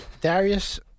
Darius